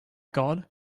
god